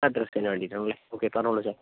ഡ്രെസ്സിനു വേണ്ടീട്ടാണല്ലേ ഓക്കെ സാറിനെ വിളിച്ചോ